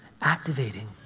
activating